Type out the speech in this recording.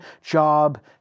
job